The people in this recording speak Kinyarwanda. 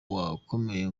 wakomera